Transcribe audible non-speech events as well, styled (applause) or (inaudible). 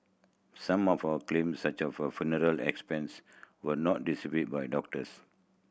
some of (hesitation) claims such as for funeral expense were not disputed by doctors